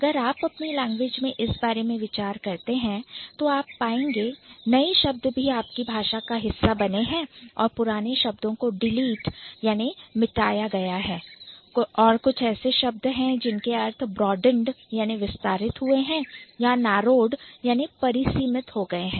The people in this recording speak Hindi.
अगर आप अपनी Language भाषा में इस बारे में विचार करते हैं तो आप पाएंगे कि नए शब्द भी आपकी भाषा का हिस्सा रहे हैं जहां पुराने शब्द delete मिटाए किए गए हैं और कुछ ऐसे शब्द हैं जिनके अर्थ broadened विस्तारित हुए हैं या narrowed परीसीमित हो गए हैं